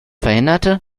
verhinderte